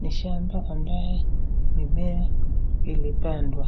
ni shamba ambaye ni